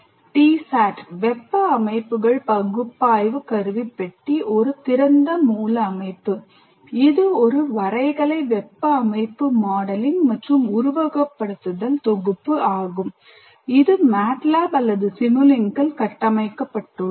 TSAT வெப்ப அமைப்புகள் பகுப்பாய்வு கருவிப்பெட்டி ஒரு திறந்த மூல அமைப்பு இது ஒரு வரைகலை வெப்ப அமைப்பு மாடலிங் மற்றும் உருவகப்படுத்துதல் தொகுப்பு ஆகும் இது MATLAB அல்லது Simulink இல் கட்டமைக்கப்பட்டுள்ளது